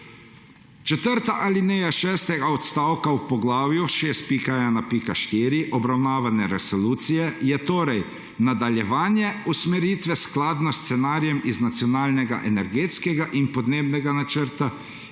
Četrta alineja šestega odstavka v poglavju 6.1.4 obravnavane resolucije je torej nadaljevanje usmeritve, skladno s scenarijem iz Nacionalnega energetskega in podnebnega načrta